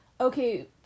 okay